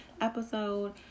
episode